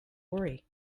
worry